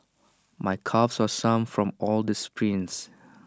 my calves are sore from all the sprints